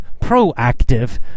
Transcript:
proactive